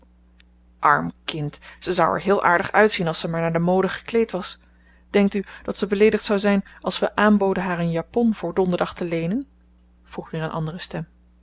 arm kind ze zou er heel aardig uitzien als ze maar naar de mode gekleed was denkt u dat ze beleedigd zou zijn als we aanboden haar een japon voor donderdag te leenen vroeg weer een andere stem